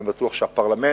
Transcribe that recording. ואני בטוח שהפרלמנט,